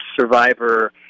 survivor